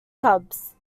cubs